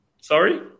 Sorry